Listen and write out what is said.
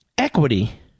Equity